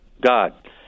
God